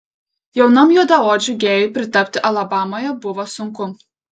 jaunam juodaodžiui gėjui pritapti alabamoje buvo sunku